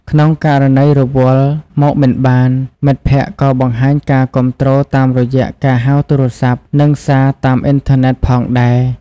ក្នុងករណីរវល់ មកមិនបាន មិត្តភក្តិក៏បង្ហាញការគាំទ្រតាមរយៈការហៅទូរសព្ទ និងសារតាមអ៊ីនធឺណិតផងដែរ។